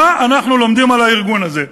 מה אנחנו לומדים על הארגון הזה?